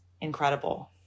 incredible